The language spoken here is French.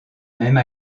même